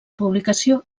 publicació